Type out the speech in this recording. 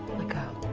my god,